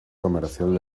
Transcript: comercial